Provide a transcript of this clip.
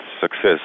success